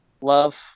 love